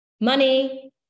Money